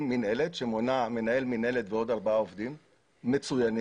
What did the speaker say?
מינהלת שמונה מנהל מינהלת ועוד ארבעה עובדים מצוינים,